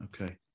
Okay